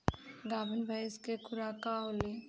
गाभिन भैंस के खुराक का होखे?